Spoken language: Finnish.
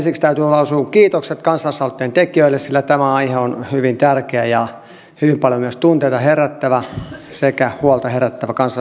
ensiksi täytyy lausua kiitokset kansalaisaloitteen tekijöille sillä tämä aihe on hyvin tärkeä ja hyvin paljon myös tunteita herättävä sekä huolta herättävä kansalaisten keskuudessa